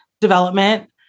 development